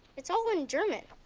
it's all in german.